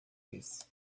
fez